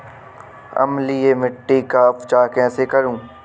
अम्लीय मिट्टी का उपचार कैसे करूँ?